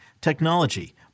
technology